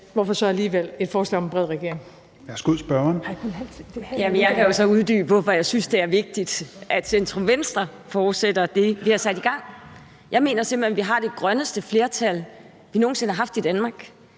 spørgeren. Kl. 22:24 Pia Olsen Dyhr (SF): Jeg kan så uddybe, hvorfor jeg synes, det er vigtigt, at centrum-venstre fortsætter det, vi har sat i gang. Jeg mener simpelt hen, at vi har det grønneste flertal, vi nogen sinde har haft i Danmark,